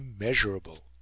immeasurable